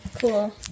Cool